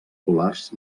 polars